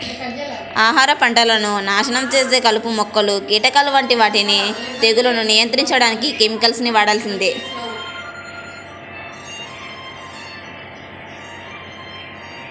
ఆహార పంటలను నాశనం చేసే కలుపు మొక్కలు, కీటకాల వంటి వాటిని తెగుళ్లను నియంత్రించడానికి కెమికల్స్ ని వాడాల్సిందే